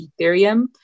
Ethereum